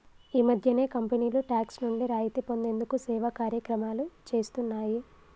ఈ మధ్యనే కంపెనీలు టాక్స్ నుండి రాయితీ పొందేందుకు సేవా కార్యక్రమాలు చేస్తున్నాయి